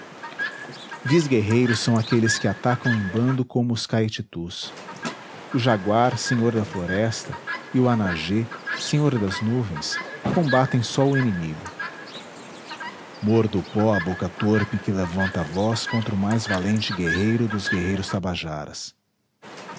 guerreiros são aqueles que atacam em bando como os caititus o jaguar senhor da floresta e o anajê senhor das nuvens combatem só o inimigo morda o pó a boca torpe que levanta a voz contra o mais valente guerreiro dos guerreiros tabajaras